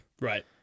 Right